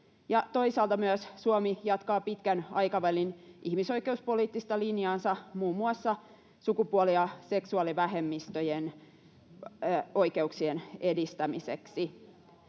Toisaalta Suomi myös jatkaa pitkän aikavälin ihmisoikeuspoliittista linjaansa muun muassa sukupuoli- ja seksuaalivähemmistöjen oikeuksien edistämiseksi